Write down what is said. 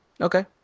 Okay